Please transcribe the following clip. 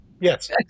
Yes